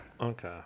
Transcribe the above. Okay